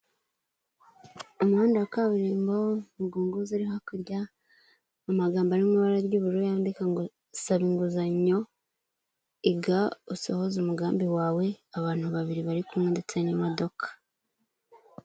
Umuhanda wa kaburimbo, umugunguzi uri hakurya, amagambo ari mu ibara ry'ubururu yandika ngo saba inguzanyo, iga usohoze umugambi wawe abantu babiri bari kumwe ndetse n'imodoka.